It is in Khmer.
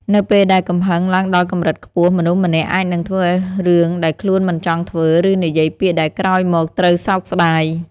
នៅពេលដែលកំហឹងឡើងដល់កម្រិតខ្ពស់ មនុស្សម្នាក់អាចនឹងធ្វើរឿងដែលខ្លួនមិនចង់ធ្វើ ឬនិយាយពាក្យដែលក្រោយមកត្រូវសោកស្ដាយ។